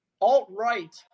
alt-right